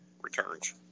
returns